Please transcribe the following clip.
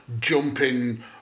jumping